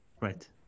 right